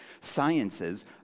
sciences